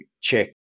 check